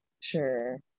Sure